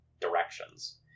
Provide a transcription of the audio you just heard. directions